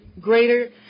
greater